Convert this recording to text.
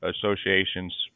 associations